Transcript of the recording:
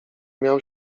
miał